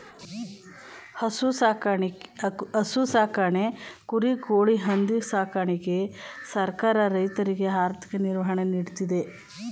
ಹಸು ಸಾಕಣೆ, ಕುರಿ, ಕೋಳಿ, ಹಂದಿ ಸಾಕಣೆಗೆ ಸರ್ಕಾರ ರೈತರಿಗೆ ಆರ್ಥಿಕ ನಿರ್ವಹಣೆ ನೀಡ್ತಿದೆ